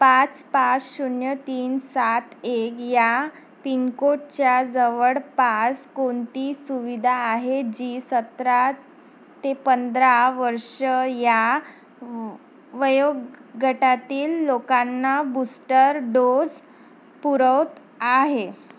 पाच पाच शून्य तीन सात एक या पिनकोडच्या जवळपास कोणती सुविधा आहे जी सतरा ते पंधरा वर्ष या व वयोगटातील लोकांना बूस्टर डोस पुरवत आहे